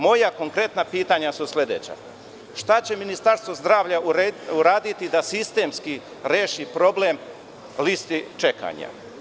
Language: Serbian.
Moja konkretna pitanja su sledeća – šta će Ministarstvo zdravlja uraditi da sistemski reši problem listi čekanja?